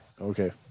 okay